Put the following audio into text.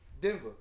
Denver